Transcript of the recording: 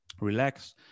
relax